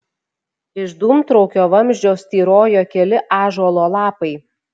iš dūmtraukio vamzdžio styrojo keli ąžuolo lapai